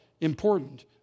important